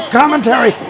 commentary